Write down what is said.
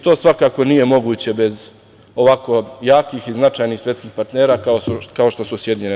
To svakako nije moguće bez ovako jakih i značajnih svetskih partnera kao što su SAD.